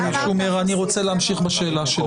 אני רוצה להמשיך בשאלה שלי.